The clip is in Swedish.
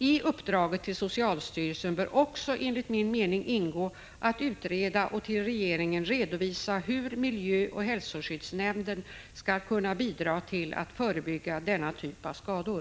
I uppdraget till socialstyrelsen bör det också enligt min mening ingå att utreda och till regeringen redovisa hur miljöoch hälsoskyddsnämnden skall kunna bidra till att förebygga denna typ av skador.